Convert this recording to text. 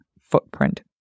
footprint